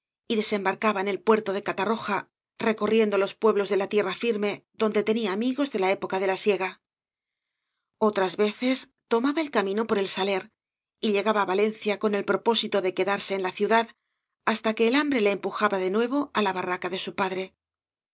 y desembarcaba en el puerto de catarroja recorriendo los pueblos de la tierra firme donde tenía amigos de la época de la siega otras veces tomaba el camino por el saler y llegaba á valencia con el propósito de quedarse en la ciudad hasta que el hambre le empujaba de nuevo á la barraca de su padre